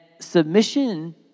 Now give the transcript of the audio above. submission